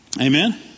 Amen